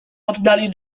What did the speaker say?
oddali